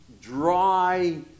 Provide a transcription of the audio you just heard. dry